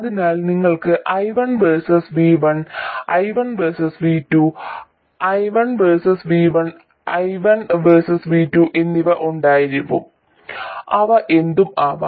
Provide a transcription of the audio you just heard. അതിനാൽ നിങ്ങൾക്ക് I1 versus V1 I1 versus V2 I2 versus V1 I2 versus V2എന്നിവ ഉണ്ടാകും അവ എന്തും ആകാം